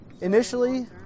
Initially